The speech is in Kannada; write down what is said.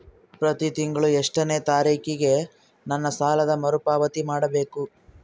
ಪ್ರತಿ ತಿಂಗಳು ಎಷ್ಟನೇ ತಾರೇಕಿಗೆ ನನ್ನ ಸಾಲದ ಮರುಪಾವತಿ ಮಾಡಬೇಕು?